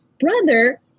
brother